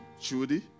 Chudi